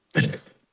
Yes